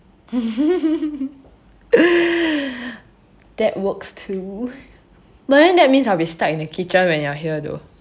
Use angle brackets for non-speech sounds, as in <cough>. <laughs> <breath> that works too but that means I'll be stuck in the kitchen when you're here though